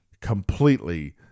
completely